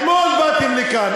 אתמול באתם לכאן,